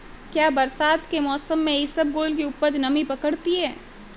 क्या बरसात के मौसम में इसबगोल की उपज नमी पकड़ती है?